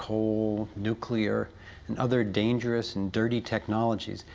coal, nuclear and other dangerous and dirty technologies,